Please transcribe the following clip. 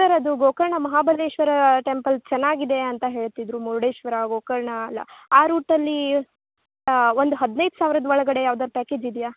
sir ಅದು Gokarna Mahabaleshwara temple ಚೆನ್ನಾಗಿದೆ ಅಂತ ಹೇಳ್ತಿದ್ರು ಮುರುಡೇಶ್ವರ ಗೋಕರ್ಣ ಎಲ್ಲ ಆ ರೂಟಲ್ಲಿ ಒಂದು ಹದಿನೈದು ಸಾವ್ರದ್ದು ಒಳಗಡೆ ಯಾವ್ದಾರು ಪ್ಯಾಕೇಜ್ ಇದೆಯ